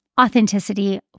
authenticity